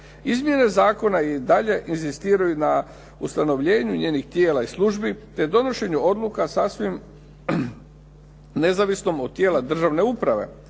Izmjene zakona i dalje inzistiraju na ustanovljenju njenih tijela i službi te donošenju odluka sasvim nezavisnom od tijela državne uprave